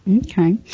okay